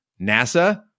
NASA